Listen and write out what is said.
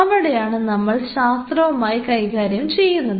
അവിടെയാണ് നമ്മൾ ശാസ്ത്രവുമായി കൈകാര്യം ചെയ്യുന്നത്